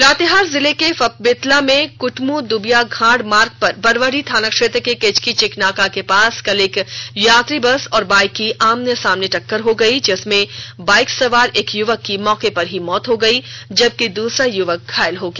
लातेहार जिले के फभबेतला में कटम दबियाखांड मार्ग पर बरवाडीह थाना क्षेत्र के केचकी चेकनाका के पास कल एक यात्री बस और बाइक की आमने सामने की टक्कर हो गयी जिससे बाइक सवार एक युवक की मौके पर ही मौत हो गई जबकि दूसरा युवकघायल हो गया